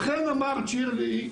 אכן אמרת, שירלי,